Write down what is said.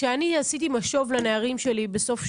כשאני עשיתי משוב לנערים שלי בסוף שנה,